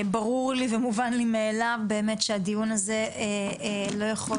ברור לי ומובן לי מאליו באמת שהדיון הזה לא יכול